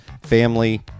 family